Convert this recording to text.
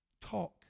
Talk